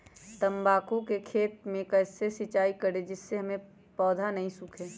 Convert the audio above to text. तम्बाकू के खेत मे कैसे सिंचाई करें जिस से पौधा नहीं सूखे?